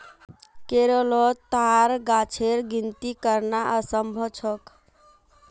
केरलोत ताड़ गाछेर गिनिती करना असम्भव छोक